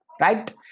Right